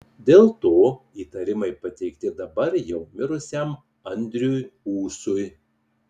dėl to įtarimai pateikti dabar jau mirusiam andriui ūsui